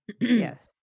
Yes